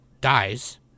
dies